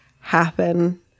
happen